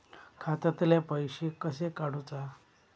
खात्यातले पैसे कशे काडूचा?